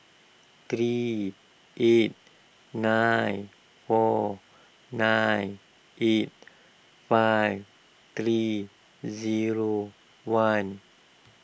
three eight nine four nine eight five three zero one